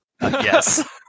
Yes